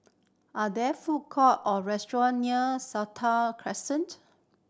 are there food court or restaurant near Sentul Crescent